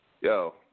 Yo